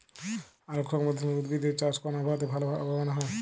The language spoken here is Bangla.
আলোক সংবেদশীল উদ্ভিদ এর চাষ কোন আবহাওয়াতে ভাল লাভবান হয়?